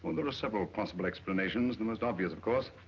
well, there are several possible explanations, the most obvious, of course,